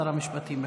שר המשפטים.